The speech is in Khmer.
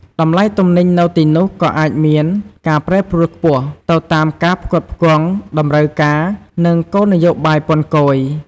តម្លៃទំនិញនៅទីនោះក៏អាចមាន ការប្រែប្រួលខ្ពស់ ទៅតាមការផ្គត់ផ្គង់ តម្រូវការ និងគោលនយោបាយពន្ធគយ។